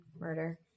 murder